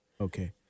Okay